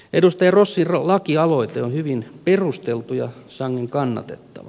edustaja rossin lakialoite on hyvin perusteltu ja sangen kannatettava